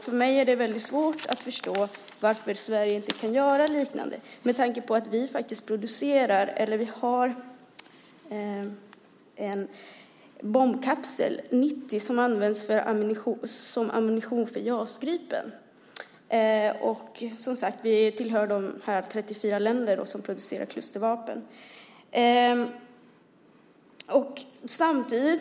För mig är det väldigt svårt att förstå varför Sverige inte kan göra något liknande, med tanke på att vi har Bombkapsel 90 som används som ammunition för JAS Gripen. Vi tillhör, som sagt, de 34 länder som producerar klustervapen.